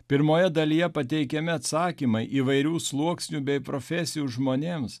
pirmoje dalyje pateikiami atsakymai įvairių sluoksnių bei profesijų žmonėms